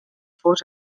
fos